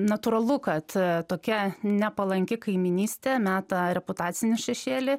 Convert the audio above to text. natūralu kad tokia nepalanki kaimynystė meta reputacinį šešėlį